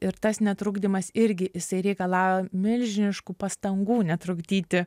ir tas netrukdymas irgi jisai reikalauja milžiniškų pastangų netrukdyti